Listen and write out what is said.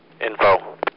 Info